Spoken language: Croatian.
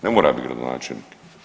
Ne moram biti gradonačelnik.